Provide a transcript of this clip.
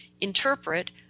interpret